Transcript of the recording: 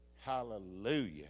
Hallelujah